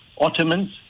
Ottomans